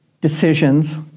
decisions